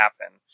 happen